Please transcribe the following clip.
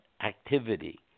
activity